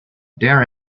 there